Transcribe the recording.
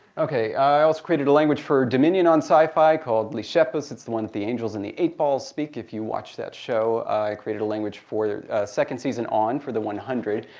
i also created a language for dominion on syfy called lishepus. it's the one that the angels and the eight-balls speak, if you watch that show. i created a language for the second season on for the one hundred.